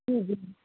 جی